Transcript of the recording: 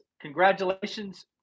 congratulations